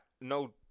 no